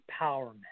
empowerment